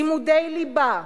לימודי ליבה.